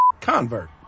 convert